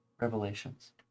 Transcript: revelations